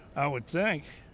i would think.